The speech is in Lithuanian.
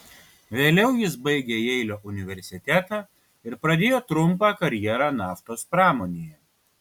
vėliau jis baigė jeilio universitetą ir pradėjo trumpą karjerą naftos pramonėje